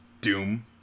Doom